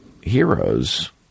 heroes